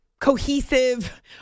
cohesive